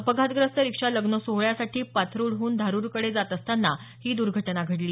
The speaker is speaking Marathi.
अपघातग्रस्त रिक्षा लग्न सोहळ्यासाठी पाथरुडहून धारुरकडे जात असताना ही दुर्घटना घडली